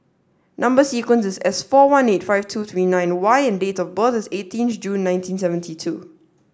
number sequence is S four one eight five two three nine Y and date of birth is eighteen June nineteen seventy two